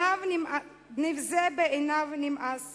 נבזה בעיניו נמאס